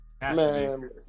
Man